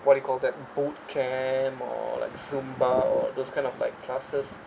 what you call that boot camp or like zumba or those kind of like classes